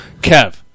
Kev